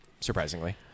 surprisingly